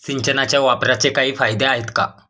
सिंचनाच्या वापराचे काही फायदे आहेत का?